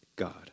God